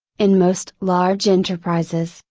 in most large enterprises,